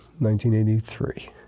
1983